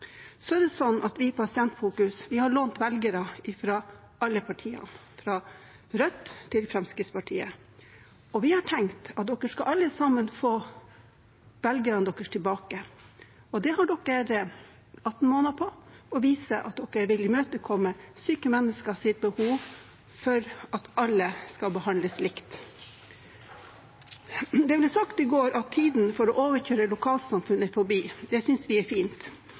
Vi i Pasientfokus har lånt velgere fra alle partiene, fra Rødt til Fremskrittspartiet. Og vi har tenkt at alle sammen skal få velgerne sine tilbake. De har 18 måneder på å vise at de vil imøtekomme syke menneskers behov for at alle skal behandles likt. Det ble sagt i går at tiden for å overkjøre lokalsamfunn er forbi. Det synes vi er fint.